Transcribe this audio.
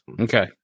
Okay